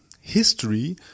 history